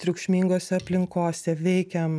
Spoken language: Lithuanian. triukšmingose aplinkose veikiam